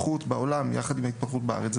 יחד עם ההתפתחות בארץ,